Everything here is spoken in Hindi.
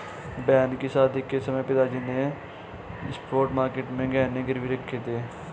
बहन की शादी के समय पिताजी ने स्पॉट मार्केट में गहने गिरवी रखे थे